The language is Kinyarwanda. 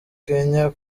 kenya